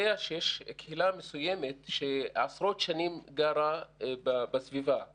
יודע שיש קהילה מסוימת שעשרות שנים גרה בסביבה,